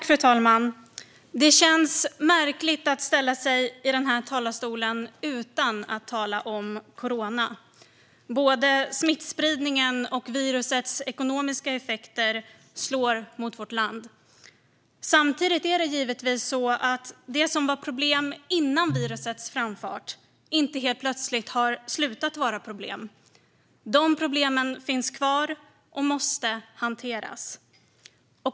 Fru talman! Det känns märkligt att ställa sig i denna talarstol utan att tala om corona. Både smittspridningen och virusets ekonomiska effekter slår mot vårt land. Samtidigt är det givetvis så att det som var problem före virusets framfart inte helt plötsligt har slutat att vara problem. Dessa problem finns kvar och måste hanteras.